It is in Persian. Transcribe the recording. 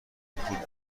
پول